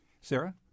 Sarah